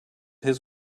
his